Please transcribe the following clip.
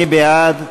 מי בעד?